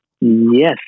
Yes